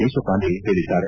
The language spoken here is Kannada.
ದೇಶಪಾಂಡೆ ಹೇಳಿದ್ದಾರೆ